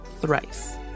thrice